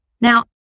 Now